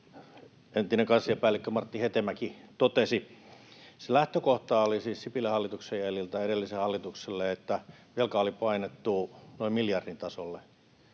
entinen kansliapäällikkö Martti Hetemäki totesi. Lähtökohta Sipilän hallituksen jäljiltä edelliselle hallitukselle oli siis se, että velka oli painettu noin miljardin tasolle.